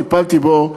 טיפלתי בעניינו,